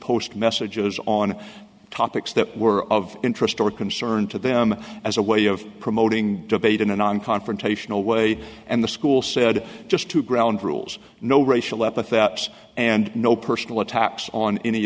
post messages on topics that were of interest concern to them as a way of promoting debate in a non confrontational way and the school said just to ground rules no racial epithets and no personal attacks on any